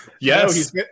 Yes